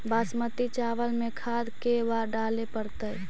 बासमती चावल में खाद के बार डाले पड़तै?